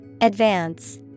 Advance